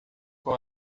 com